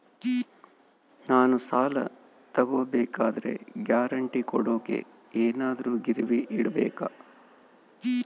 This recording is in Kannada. ನಾನು ಸಾಲ ತಗೋಬೇಕಾದರೆ ಗ್ಯಾರಂಟಿ ಕೊಡೋಕೆ ಏನಾದ್ರೂ ಗಿರಿವಿ ಇಡಬೇಕಾ?